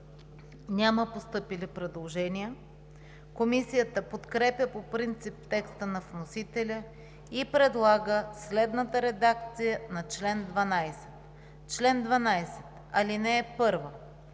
няма постъпили предложения. Комисията подкрепя по принцип текста на вносителя и предлага следната редакция на чл. 37: „Чл. 37.